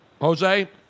Jose